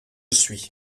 suis